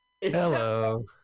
Hello